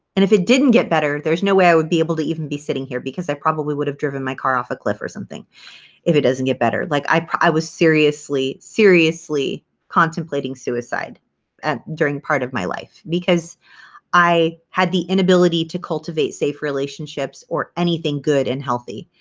and if it didn't get better, there's no way i would be able to even be sitting here because i probably would have driven my car off a cliff or something if it doesn't get better like i i was seriously, seriously contemplating suicide and during part of my life because i had the inability to cultivate safe relationships or anything good and healthy.